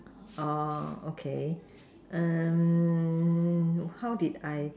oh okay how did I